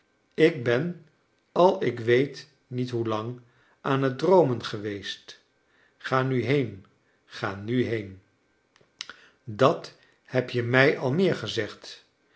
ik ben al ik weet niet hoe lang aan het droomen geweest ga nu heen ga nu heen dat heb je mij al meer gezegd